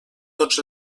tots